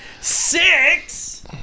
Six